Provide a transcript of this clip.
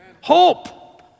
Hope